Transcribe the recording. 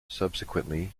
subsequently